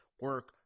Work